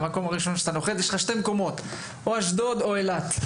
יש שני מקומות בהם אתה נוחת: אשדוד או אילת.